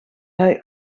hij